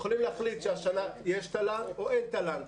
הם יכולים להחליט שהשנה יש תל"ן או אין תל"ן,